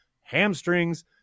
hamstrings